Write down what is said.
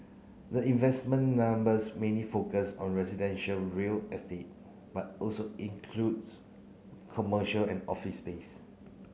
the investment numbers mainly focus on residential real estate but also includes commercial and office space